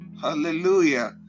Hallelujah